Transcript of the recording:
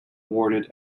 awarded